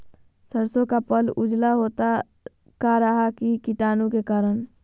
सरसो का पल उजला होता का रहा है की कीटाणु के करण?